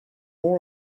more